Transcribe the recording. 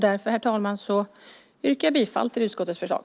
Därför, herr talman, yrkar jag bifall till utskottets förslag.